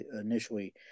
initially